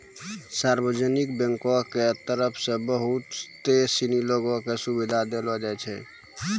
सार्वजनिक बैंको के तरफ से बहुते सिनी लोगो क सुविधा देलो जाय छै